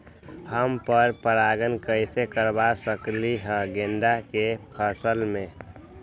हम पर पारगन कैसे करवा सकली ह गेंदा के फसल में?